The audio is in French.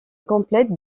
complète